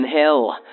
hill